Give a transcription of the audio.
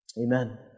Amen